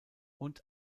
und